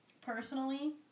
personally